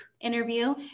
interview